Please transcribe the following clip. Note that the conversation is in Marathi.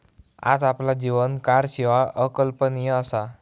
आज आपला जीवन कारशिवाय अकल्पनीय असा